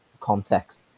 context